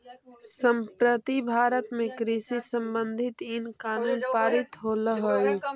संप्रति भारत में कृषि संबंधित इन कानून पारित होलई हे